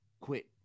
quit